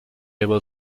able